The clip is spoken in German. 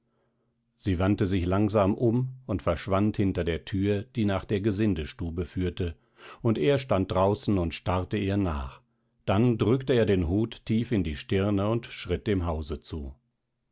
sie wandte sich langsam um und verschwand hinter der thür die nach der gesindestube führte und er stand draußen und starrte ihr nach dann drückte er den hut tief in die stirne und schritt dem hause zu